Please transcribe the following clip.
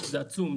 זה עצום,